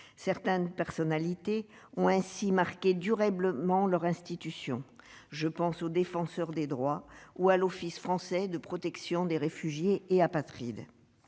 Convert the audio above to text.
Certaines personnalités ont ainsi marqué durablement leur institution- je pense au Défenseur des droits ou à l'Office français de protection des réfugiés et apatrides.